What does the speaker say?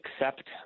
accept